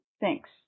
Thanks